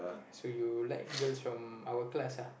so you like girls from our class ah